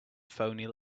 phoney